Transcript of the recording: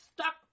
stuck